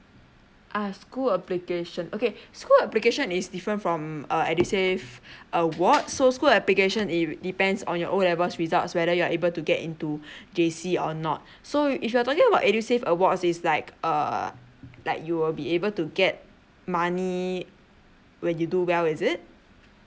ah school application okay school application is different from uh edusave award so school application it depends on your O levels results whether you are able to get into J_C or not so if you're talking about edusave awards is like err like you will be able to get money when you do well is it